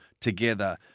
together